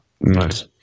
Nice